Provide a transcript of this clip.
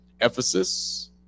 Ephesus